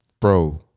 Bro